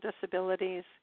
disabilities